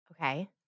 Okay